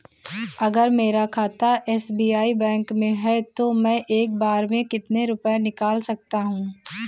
अगर मेरा खाता एस.बी.आई बैंक में है तो मैं एक बार में कितने रुपए निकाल सकता हूँ?